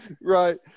right